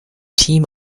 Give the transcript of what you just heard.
team